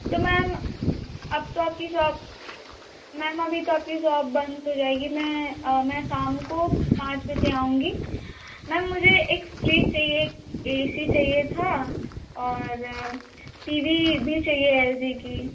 तो मैम अब तो आपकी शोप मैम अभी तो आपकी शोप बंद हो जाएगी मैं मैं शाम को पाँच बजे आऊँगी मैम मुझे एक फ्रीज़ चाहिए एक ए सी चाहिए था और टी वी भी चाहए एल जी की